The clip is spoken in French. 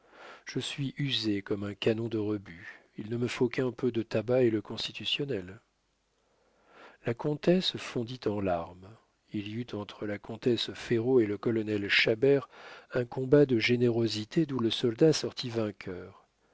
je suis usé comme un canon de rebut il ne me faut qu'un peu de tabac et le constitutionnel la comtesse fondit en larmes il y eut entre la comtesse ferraud et le colonel chabert un combat de générosité d'où le soldat sortit vainqueur